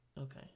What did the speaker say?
okay